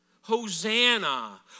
Hosanna